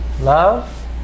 Love